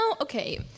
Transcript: Okay